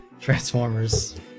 Transformers